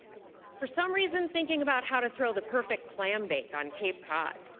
for some reason thinking about how to throw the perfect clambake on cape cod.